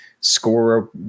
score